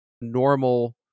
normal